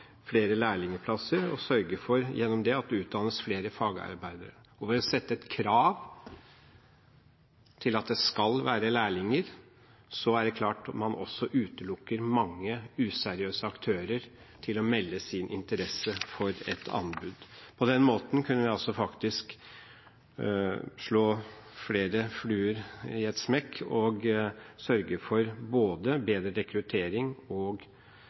flere lærlingplasser og gjennom det sørge for at det utdannes flere fagarbeidere. Ved å stille krav om at det skal være lærlinger, utelukker man mange useriøse aktører fra å melde sin interesse for et anbud. På den måten kan vi slå flere fluer i én smekk og sørge for både bedre rekruttering og